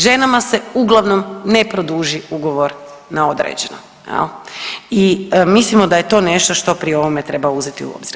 Ženama se uglavnom ne produži ugovor na određeno jel i mislimo da je to nešto što pri ovome treba uzeti u obzir.